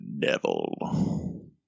devil